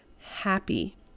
happy